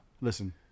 Listen